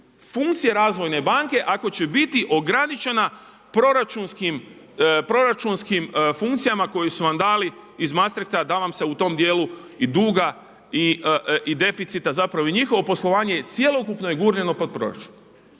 funkcije razvojne banke ako će biti ograničena proračunskim funkcijama koje su vam dali iz Mastrichta da vam se u tom dijelu i duga i deficita i njihovo poslovanje cjelokupno je gurnuto pod proračun.